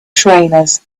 trainers